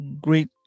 great